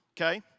Okay